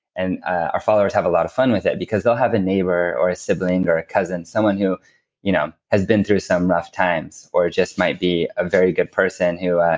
and our followers have a lot of fun with it, because they'll have a neighbor, or a sibling or a cousin, someone who you know has been through some rough times. or just might be a very good person who